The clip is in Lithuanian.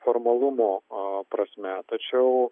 formalumo a prasme tačiau